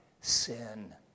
sin